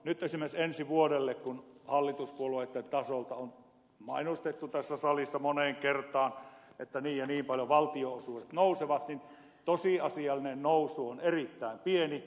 nyt esimerkiksi ensi vuodelle kun hallituspuolueitten taholta on mainostettu tässä salissa moneen kertaan että niin ja niin paljon valtionosuudet nousevat tosiasiallinen nousu on erittäin pieni